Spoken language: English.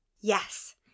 Yes